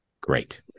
Great